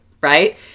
right